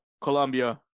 Colombia